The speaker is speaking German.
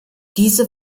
diese